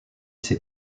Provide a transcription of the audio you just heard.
ses